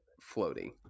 floating